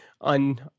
on